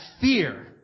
fear